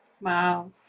Wow